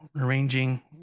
arranging